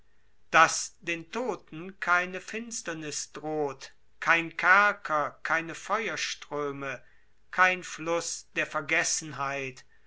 daß den todten keine finsterniß droht kein kerker keine feuerströme kein fluß der vergessenheit